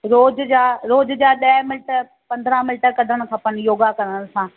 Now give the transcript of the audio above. रोज़ जा रोज़ जा ॾह मिंट पंद्रहं मिंट कढणु खपनि योगा करण सां